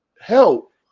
help